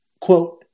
quote